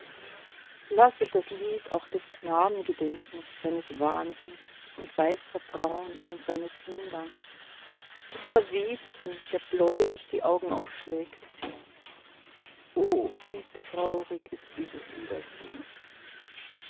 lasset das lied auch des knaben gedenken seines wahnsinns und weißer brauen und seines hingangs des verwesten der bläulich die augen aufschlägt o wie traurig ist dieses